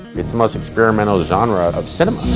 it's the most experimental genre of cinema.